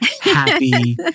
happy